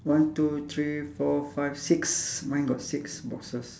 one two three four five six mine got six boxes